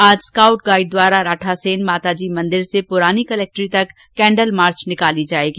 आज scout guide द्वारा राठासेन माताजी मंदिर से पूरानी कलेक्ट्री तक केंडल मार्च निकाली जाएगी